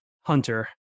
Hunter